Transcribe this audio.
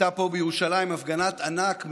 הייתה פה בירושלים הפגנת ענק,